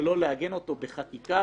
שלא לעגן אותו בחקיקה.